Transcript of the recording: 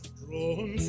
drawn